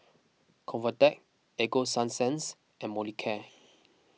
Convatec Ego Sunsense and Molicare